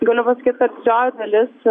galimiu pasakyti kad didžioji dalis